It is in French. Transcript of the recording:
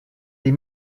des